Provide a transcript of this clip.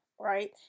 right